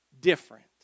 different